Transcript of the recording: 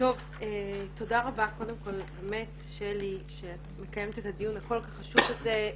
תודה רבה שאת מקיימת את הדיון הכול כך חשוב הזה.